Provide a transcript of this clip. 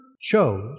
chose